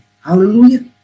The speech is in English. Hallelujah